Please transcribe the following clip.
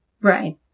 Right